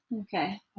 okay